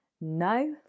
No